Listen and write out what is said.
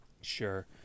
Sure